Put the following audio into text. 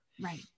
Right